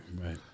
right